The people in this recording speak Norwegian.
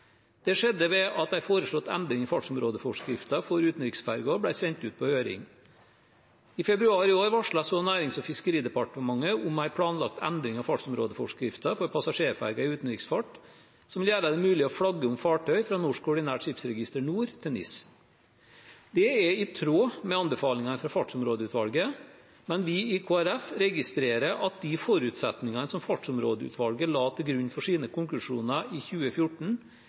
Det skjedde ved at en foreslått endring i fartsområdeforskriften for utenriksferjer ble sendt ut på høring. I februar i år varslet så Nærings- og fiskeridepartementet om en planlagt endring av fartsområdeforskriften for passasjerferjer i utenriksfart som vil gjøre det mulig å flagge om fartøy fra Norsk Ordinært Skipsregister, NOR, til NIS. Det er i tråd med anbefalingene fra Fartsområdeutvalget, men vi i Kristelig Folkeparti registrerer at de forutsetningene som Fartsområdeutvalget la til grunn for sine konklusjoner i 2014,